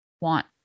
want